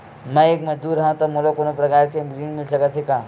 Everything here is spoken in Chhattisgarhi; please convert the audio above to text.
मैं एक मजदूर हंव त मोला कोनो प्रकार के ऋण मिल सकत हे का?